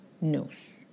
news